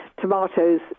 tomatoes